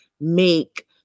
make